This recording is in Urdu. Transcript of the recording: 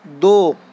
دو